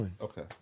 Okay